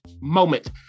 moment